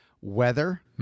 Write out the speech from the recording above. Weather